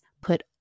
put